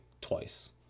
twice